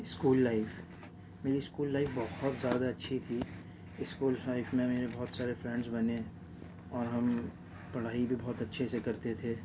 school life میری school life بہت زیادہ اچھی تھی اسکول لائف میں میں نے بہت سارے فرینڈس بنے اور ہم پڑھائی بھی بہت اچھے سے کرتے تھے